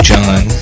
John